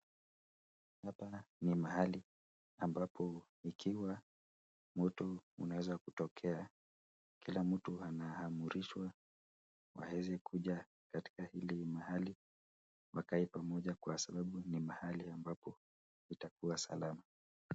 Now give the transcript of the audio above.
Hapa ni mahali ambapo ikiwa moto unaweza kutokea, kila mtu anaamrishwa waweze kuja katika hili mahali wakae pamoja kwa sababu ni mahali ambapo itakuwa salama.